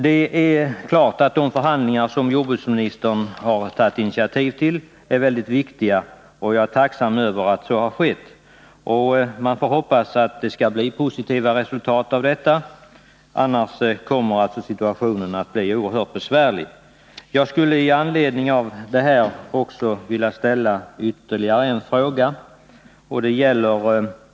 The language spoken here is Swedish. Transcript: Det är klart att de förhandlingar som jordbruksministern har tagit initiativ till är väldigt viktiga, och jag är tacksam för att de kommit till stånd. Man får hoppas att det skall bli positiva resultat av detta. Annars kommer situationen att bli oerhört besvärlig. Jag skulle med anledning av detta vilja ställa ytterligare en fråga.